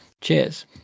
cheers